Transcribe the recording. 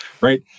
Right